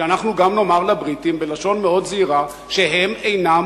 שאנחנו גם נאמר לבריטים בלשון מאוד זהירה שהם אינם